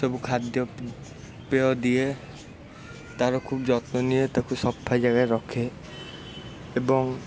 ତାକୁ ଖାଦ୍ୟପେୟ ଦିଏ ତାର ଖୁବ୍ ଯତ୍ନ ନିଏ ତାକୁ ସଫା ଜାଗାରେ ରଖେ ଏବଂ